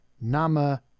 Nama